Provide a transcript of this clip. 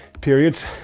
periods